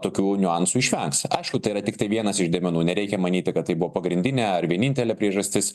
tokių niuansų išvengs aišku tai yra tiktai vienas iš dėmenų nereikia manyti kad tai buvo pagrindinė ar vienintelė priežastis